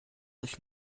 sich